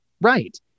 right